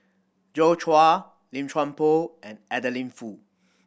Joi Chua Lim Chuan Poh and Adeline Foo